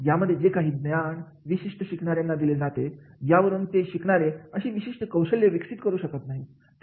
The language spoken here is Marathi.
यामध्ये जे काही ज्ञान विशिष्ट शिकणाऱ्यांना दिले जाते यावरून ते शिकणारे अशी विशिष्ट कौशल्य विकसित करू शकत नाहीत